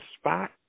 spot